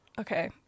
Okay